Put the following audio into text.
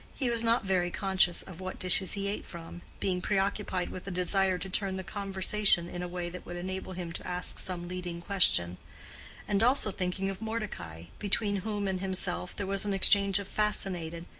he was not very conscious of what dishes he ate from being preoccupied with a desire to turn the conversation in a way that would enable him to ask some leading question and also thinking of mordecai, between whom and himself there was an exchange of fascinated,